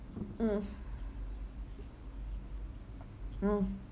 mm mm